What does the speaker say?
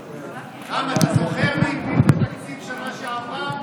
רם, אתה זוכר מי הפיל את התקציב בשנה שעברה?